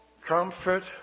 comfort